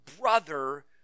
brother